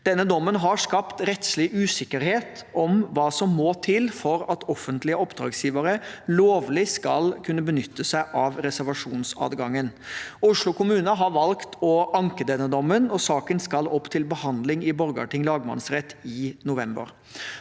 dommen har skapt rettslig usikkerhet om hva som må til for at offentlige oppdragsgivere lovlig skal kunne benytte seg av reservasjonsadgangen. Oslo kommune har valgt å anke dommen, og saken skal opp til behandling i Borgarting lagmannsrett i november.